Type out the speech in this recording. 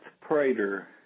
Prater